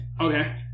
Okay